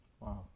Wow